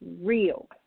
real